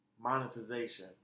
Monetization